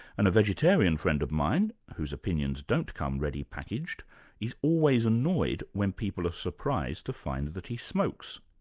and a vegetarian friend of mine, whose opinions don't come ready packaged is always annoyed when people are surprised to find that he smokes.